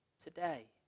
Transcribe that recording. Today